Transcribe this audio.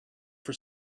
for